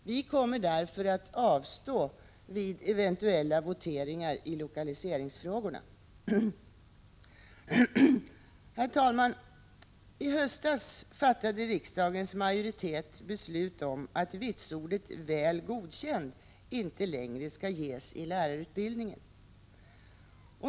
Vi kommer därför att avstå vid eventuella voteringar i lokaliseringsfrågorna. Herr talman! I höstas fattade riksdagens majoritet beslut om att vitsordet Väl godkänd inte längre skall ges i lärarutbildningen.